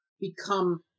become